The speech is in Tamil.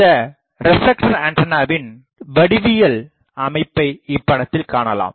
இந்த ரெப்லெக்டர் ஆண்டனாவின் வடிவியல் அமைப்பை இப்படத்தில் காணலாம்